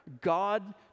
God